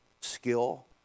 skill